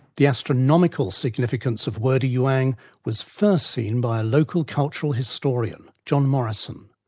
the astronomical significance of wurdi youang was first seen by a local cultural historian, john morieson.